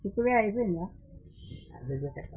ఇప్పుడే అయిపోయిందా